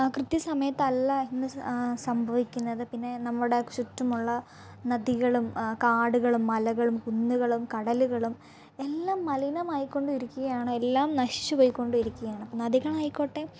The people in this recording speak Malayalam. കൃത്യ സമയത്തല്ല ഇന്ന് സംഭവിക്കുന്നത് പിന്നെ നമ്മുടെ ചുറ്റുമുള്ള നദികളും കാടുകളും മലകളും കുന്നുകളും കടലുകളും എല്ലാം മലിനമായിക്കൊണ്ടിരിക്കുകയാണ് എല്ലാം നശിച്ചു പൊയ്ക്കോണ്ടിരിക്കുകയാണ് നദികളായിക്കോട്ടെ